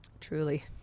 Truly